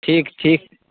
ठीक ठीक